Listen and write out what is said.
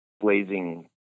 blazing